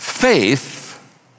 Faith